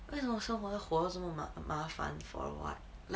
为什么生活活这么麻烦 for what like